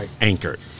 anchored